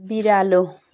बिरालो